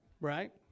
Right